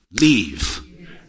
leave